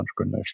entrepreneurship